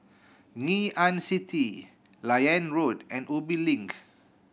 Ngee Ann City Liane Road and Ubi Link